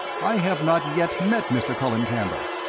i have not yet met mr. colin camber.